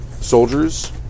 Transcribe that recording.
soldiers